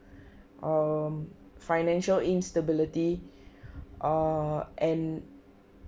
um financial instability err and